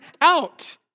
out